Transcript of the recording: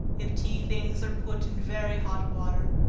if tea things are put in very hot water,